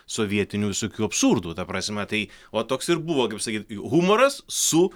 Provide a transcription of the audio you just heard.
sovietinių visokių absurdų ta prasme tai va toks ir buvo kaip sakyt humoras su